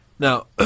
Now